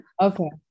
Okay